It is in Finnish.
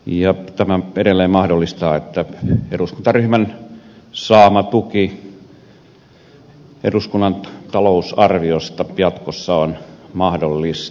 ja tämä edelleen mahdollistaa että eduskuntaryhmän saama tuki eduskunnan talousarviosta jatkossa on mahdollista